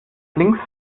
links